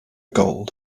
gold